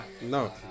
No